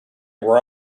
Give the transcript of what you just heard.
were